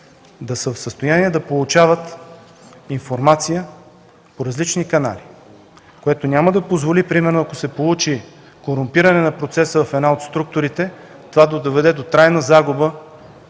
да са в състояние да получават информация по различни канали, което няма да позволи, примерно ако се получи корумпиране на процеса в една от структурите, това да доведе до трайна загуба